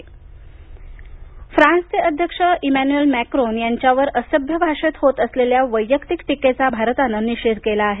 Bharat France फ्रान्सचे अध्यक्ष Emmanuel Macron यांच्यावर असभ्य भाषेत होत असलेल्या वैयक्तिक टीकेचा भारतानं निषेध केला आहे